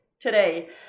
today